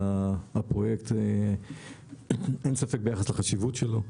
הפרויקט אין ספק ביחס לחשיבותו.